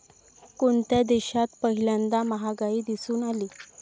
कोणत्या देशात पहिल्यांदा महागाई दिसून आली?